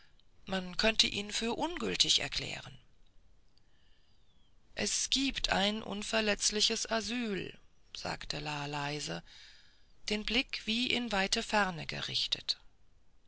man könnte ihn für ungültig erklären es gibt ein unverletzliches asyl sagte la leise den blick wie in weite ferne gerichtet